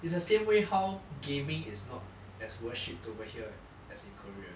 err it's the same way how gaming is not as worshipped over here as a career